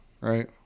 right